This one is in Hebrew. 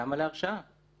למה להרשעה?